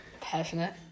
passionate